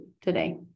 today